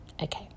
okay